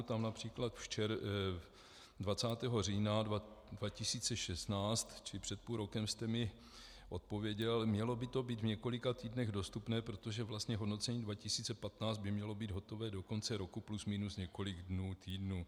Tam například 20. října 2016, čili před půl rokem, jste mi odpověděl: Mělo by to být v několika týdnech dostupné, protože vlastně hodnocení 2015 by mělo být hotové do konce roku plus minus několik dnů, týdnů.